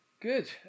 Good